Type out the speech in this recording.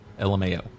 LMAO